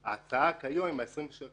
כי אין להם הכול בגישה